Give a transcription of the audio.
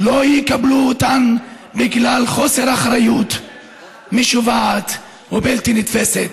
לא יקבלו אותן בגלל חוסר אחריות משוועת ובלתי נתפסת,